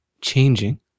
changing